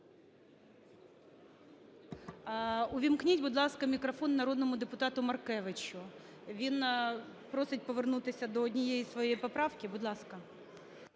Увімкніть, будь ласка, мікрофон народному депутату Маркевичу. Він просить повернутися до однієї своєї поправки. Будь ласка.